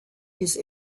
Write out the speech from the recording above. his